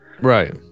right